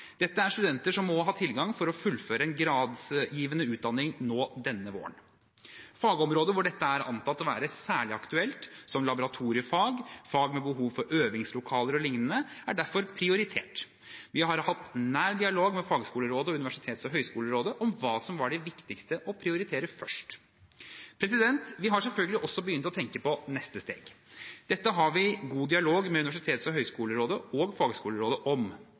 Dette er studenter som må ha tilgang for å fullføre en gradsgivende utdanning nå denne våren. Fagområder hvor dette er antatt å være særlig aktuelt, som laboratoriefag, fag med behov for øvingslokaler og lignende, er derfor prioritert. Vi har hatt nær dialog med Fagskolerådet og Universitets- og høgskolerådet om hva som var viktigst å prioritere først. Vi har selvfølgelig også begynt å tenke på neste steg. Dette har vi god dialog med Universitets- og høgskolerådet og Fagskolerådet om.